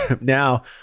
Now